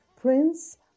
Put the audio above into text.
Prince